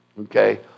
okay